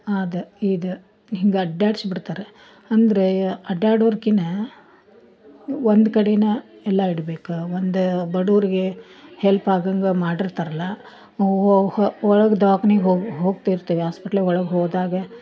ಅದು ಇದು ಹಿಂಗೆ ಅಡ್ಡಾಡ್ಸಿ ಬಿಡ್ತಾರೆ ಅಂದರೆ ಅಡ್ಡಾಡೋರ್ಕಿಂತ ಒಂದು ಕಡೇ ಎಲ್ಲಾ ಇಡ್ಬೇಕು ಒಂದು ಬಡವರಿಗೆ ಹೆಲ್ಪ್ ಆಗಂಗ ಮಾಡಿರ್ತಾರಲ್ಲ ಒಳಗೆ ದವಾಖಾನಿಗೆ ಹೋಗಿ ಹೋಗ್ತಿರ್ತೀವಿ ಹಾಸ್ಪಿಟ್ಲ್ ಒಳಗೆ ಹೋದಾಗ